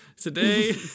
Today